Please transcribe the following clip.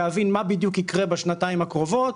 להבין מה הדיוק יקרה בשנתיים הקרובות,